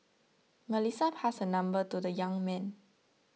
Melissa passed her number to the young man